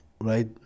right